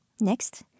Next